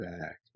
Back